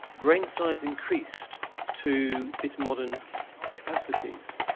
brain size increased to its modern capacities.